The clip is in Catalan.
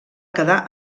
quedar